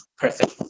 perfect